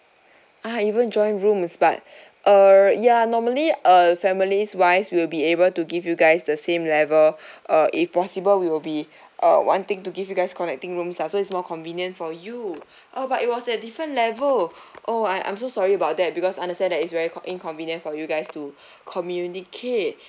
ah even joined rooms but err ya normally err families wise we'll be able to give you guys the same level uh if possible will be uh wanting to give you guys connecting rooms lah so it's more convenient for you uh but it was at different level oh I I'm so sorry about that because understand that it's very con~ inconvenient for you guys to communicate